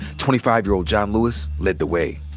twenty five year old john lewis led the way.